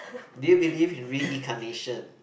they believe in reincarnation